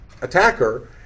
attacker